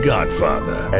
Godfather